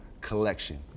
collection